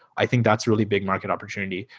i think that's really big market opportunity.